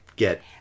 Get